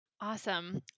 Awesome